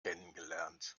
kennengelernt